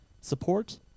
support